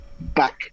back